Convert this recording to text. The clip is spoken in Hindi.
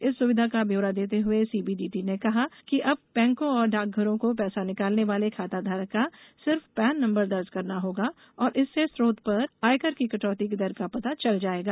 इस सुविधा का ब्यौरा देते हुए सीबीडीटी ने कहा है कि अब बैंकों और डाकघरों को पैसा निकालने वाले खाताधारक का सिर्फ पैन नम्बर दर्ज करना होगा और इससे स्रोत पर आयकर की कटौती की दर का पता चल जाएगा